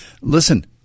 listen